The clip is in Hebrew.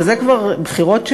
וזה כבר בחירות,